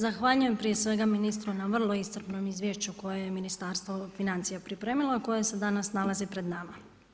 Zahvaljujem prije svega ministru na vrlo iscrpnom izvješću koje je Ministarstvo financija pripremilo a koje se danas nalazi pred nama.